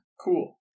Cool